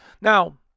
now